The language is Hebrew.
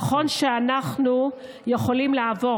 נכון שאנחנו יכולים לעבור,